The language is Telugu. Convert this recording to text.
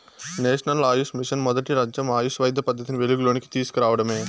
నేషనల్ ఆయుష్ మిషను మొదటి లచ్చెం ఆయుష్ వైద్య పద్దతిని వెలుగులోనికి తీస్కు రావడమే